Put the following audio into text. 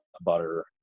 butter